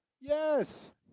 Yes